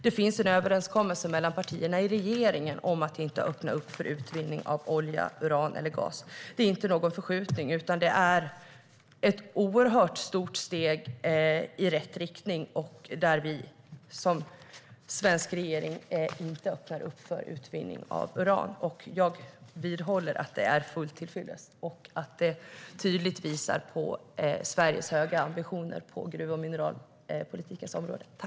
Det finns en överenskommelse mellan partierna i regeringen om att inte öppna upp för utvinning av olja, uran eller gas. Det är ingen förskjutning utan ett stort steg i rätt riktning, och jag vidhåller att det är helt till fyllest. Det visar tydligt på Sveriges höga ambitioner på gruv och mineralpolitikens område.